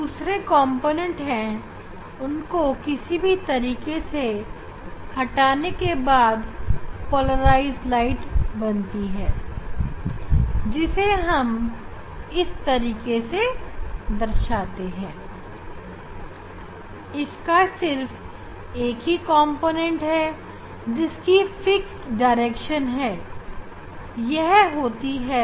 जो दूसरे कॉम्पोनेंट्स है उनको किसी भी तरीके से हटाने के बाद पोलराइज्ड प्रकाश बनती है जिसे हम इस तरीके से दर्शाते हैं इसका सिर्फ एक ही कॉम्पोनेंटहोता है जिसकी निर्धारित दिशा होती है